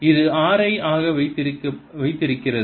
இது r I ஆக வைத்திருக்கிறது